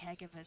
caregivers